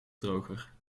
droger